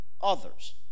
others